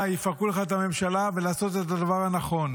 יפרקו לך את הממשלה ולעשות את הדבר הנכון.